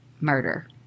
murder